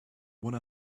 one